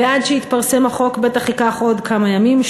ועד שיתפרסם החוק בטח ייקח עוד כמה ימים,